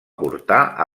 portar